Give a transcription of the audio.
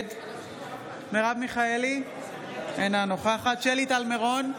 נגד מרב מיכאלי, אינה נוכחת שלי טל מירון,